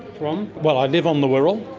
from? well, i live on the wirral,